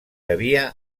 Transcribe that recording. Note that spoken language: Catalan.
havia